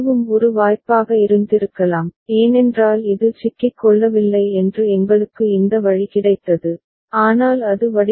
அதுவும் ஒரு வாய்ப்பாக இருந்திருக்கலாம் ஏனென்றால் இது சிக்கிக் கொள்ளவில்லை என்று எங்களுக்கு இந்த வழி கிடைத்தது ஆனால் அது வடிவமைப்பால் அல்ல வடிவமைப்பு மூலம் அல்ல